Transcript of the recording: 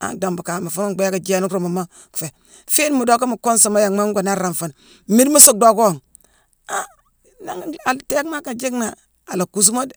han dambu kaama fuuna mbééké jééna ruumuma fhéé. Fiine mu docka mu kuunsuma yanghma ngoo nhaarangh fooni, mmiide mu su dhocko ghi, han nanghna-ala téég moo aka jiickni-ala kuusumoo déé